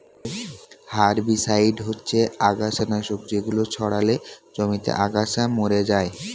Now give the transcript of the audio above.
herbicide হচ্ছে আগাছানাশক যেগুলো ছড়ালে জমিতে আগাছা মরে যায়